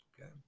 okay